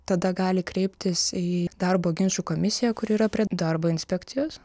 tada gali kreiptis į darbo ginčų komisiją kuri yra prie darbo inspekcijos